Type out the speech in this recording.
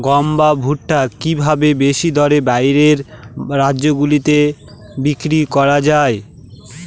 গম বা ভুট্ট কি ভাবে বেশি দরে বাইরের রাজ্যগুলিতে বিক্রয় করা য়ায়?